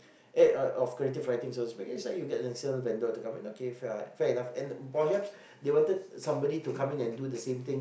eh of of creative writing so to speak and that's why you get an external vendor to come in okay fair fair enough and perhaps they wanted somebody to come in and do the same thing